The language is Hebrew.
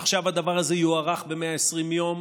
עכשיו הדבר הזה יוארך ב-120 יום.